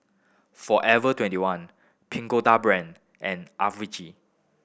Forever Twenty one Pagoda Brand and Acuvue